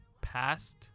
Past